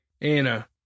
Anna